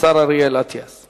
12, אין מתנגדים, אין נמנעים.